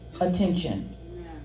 attention